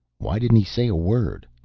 why didn't he say a word?